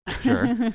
sure